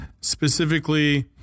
Specifically